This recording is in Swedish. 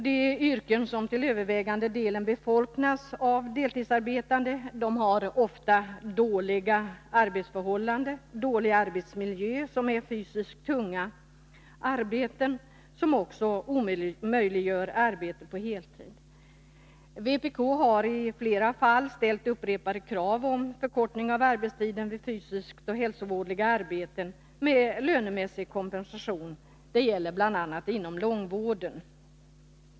De yrken som till övervägande delen befolkas av deltidsarbetande har ofta sämre arbetsförhållanden och dålig arbetsmiljö. De utgörs av fysiskt tunga arbeten, som också omöjliggör arbete på heltid. Vpk har i dessa fall ställt upprepade krav på förkortning av arbetstiden vid fysiskt tunga och hälsovådliga arbeten med lönemässig kompensation. Det gäller bl.a. inom långtidsvården.